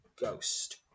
ghost